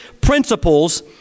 principles